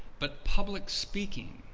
but public speaking.